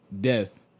death